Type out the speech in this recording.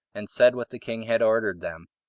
and said what the king had ordered them,